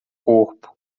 corpo